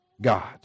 God